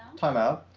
time out.